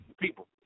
People